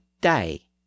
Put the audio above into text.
day